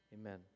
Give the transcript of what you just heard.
amen